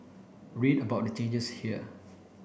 read about the changes here